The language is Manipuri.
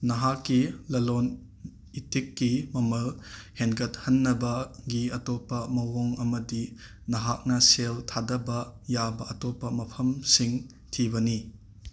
ꯅꯍꯥꯛꯀꯤ ꯂꯥꯂꯣꯟ ꯏꯇꯤꯛꯀꯤ ꯃꯃꯜ ꯍꯦꯟꯒꯠꯍꯟꯅꯕꯒꯤ ꯑꯇꯣꯞꯄ ꯃꯑꯣꯡ ꯑꯃꯗꯤ ꯅꯍꯥꯛꯅ ꯁꯦꯜ ꯊꯥꯗꯕ ꯌꯥꯕ ꯑꯇꯧꯞꯄ ꯃꯐꯝꯁꯤꯡ ꯊꯤꯕꯅꯤ